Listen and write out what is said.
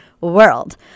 world